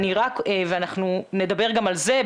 אנחנו נדבר גם על זה,